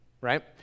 right